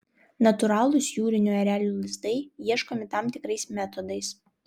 natūralūs jūrinių erelių lizdai ieškomi tam tikrais metodais